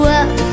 up